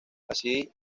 así